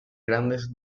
grandes